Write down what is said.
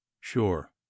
Sure